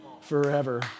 forever